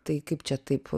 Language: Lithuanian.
tai kaip čia taip